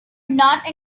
not